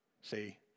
see